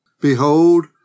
Behold